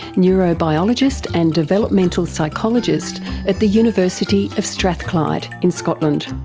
neurobiologist and developmental psychologist at the university of strathclyde in scotland.